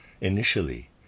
initially